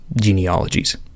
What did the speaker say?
genealogies